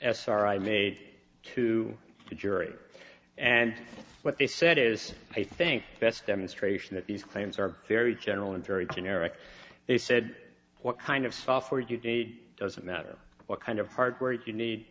sri made to the jury and what they said is i think best demonstration that these claims are very general and very generic they said what kind of software you did doesn't matter what kind of hardware you